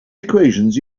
equations